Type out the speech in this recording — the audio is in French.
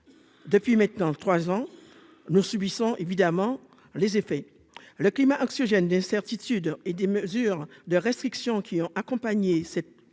depuis maintenant 3 ans, nous subissons évidemment les effets le climat anxiogène d'des certitudes et des mesures de restriction qui ont accompagné cette crise